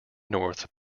north